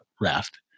raft